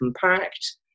compact